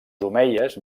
omeies